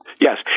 Yes